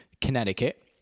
Connecticut